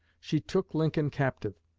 she took lincoln captive.